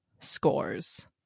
scores